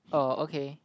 oh okay